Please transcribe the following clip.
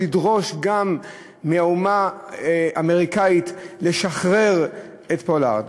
לדרוש גם מהאומה האמריקנית לשחרר את פולארד.